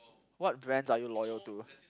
what brands are you loyal to